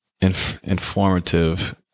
informative